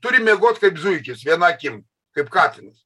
turi miegot kaip zuikis viena akim kaip katinas